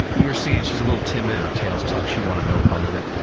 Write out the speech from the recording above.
you're seeing she's a little timid, her tail's tucked, she wanted no part of it.